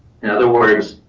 in other words,